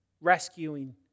rescuing